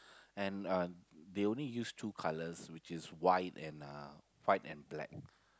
and uh they only use two colours which is white and uh white and black